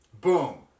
Boom